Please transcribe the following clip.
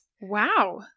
Wow